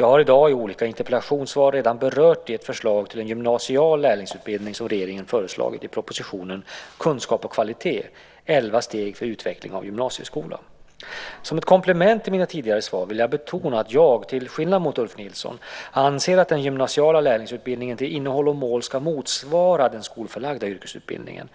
Jag har i dag i olika interpellationssvar redan berört det förslag till en gymnasial lärlingsutbildning som regeringen föreslagit i propositionen 2003/04:140 Kunskap och kvalitet - elva steg för utveckling av gymnasieskolan. Som ett komplement till mina tidigare svar vill jag betona att jag, till skillnad mot Ulf Nilsson, anser att den gymnasiala lärlingsutbildningen till innehåll och mål ska motsvara den skolförlagda yrkesutbildningen.